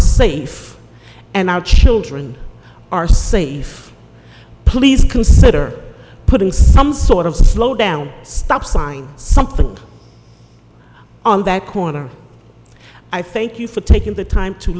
safe and our children are safe please consider putting some sort of slow down stop sign something on that corner i thank you for taking the t